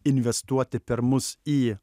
investuoti per mus į